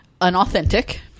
unauthentic